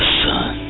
sun